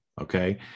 okay